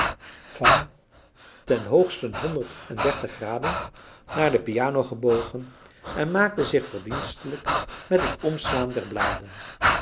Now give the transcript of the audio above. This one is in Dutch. van ten hoogsten honderd en dertig graden naar de piano gebogen en maakte zich verdienstelijk met het omslaan der bladen